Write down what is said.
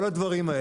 כל הדברים האלה.